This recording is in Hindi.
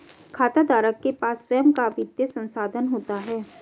खाताधारक के पास स्वंय का वित्तीय संसाधन होता है